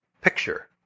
picture